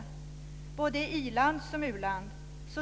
I både i-land och u-land